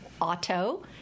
auto